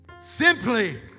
Simply